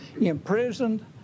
imprisoned